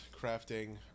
crafting